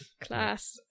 class